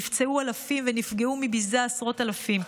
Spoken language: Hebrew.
נפצעו אלפים ונפגעו מביזה עשרות אלפים,